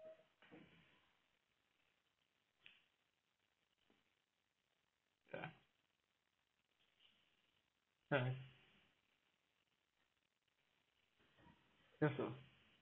ya ya right guess so